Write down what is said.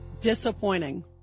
disappointing